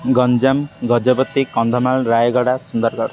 Ganjam Gajapati Kandhamal Rayagada Sundargarh